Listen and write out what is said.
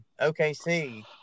OKC